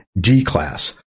D-class